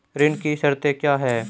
ऋण की शर्तें क्या हैं?